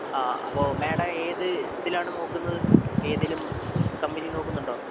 ആ അപ്പോൾ മാഡം ഏത് ഇതിലാണ് നോക്കുന്നത് ഏതെങ്കിലും കമ്പനി നോക്കുന്നുണ്ടോ